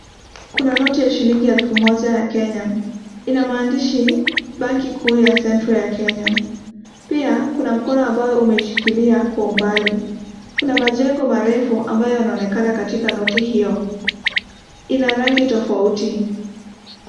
Kuna noti ya shilingi elfu moja ya Kenya ina maandishi banki kuu ya central ya Kenya, pia kuna mkono ambao umeishikilia kwa umbali. Kuna majengo marefu ambayo yanaonekana katika noti hiyo, ina rangi tofauti.